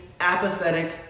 apathetic